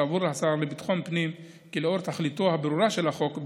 סבור השר לביטחון הפנים כי לאור תכליתו הברורה של החוק,